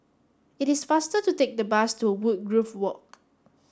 it is faster to take the bus to Woodgrove Walk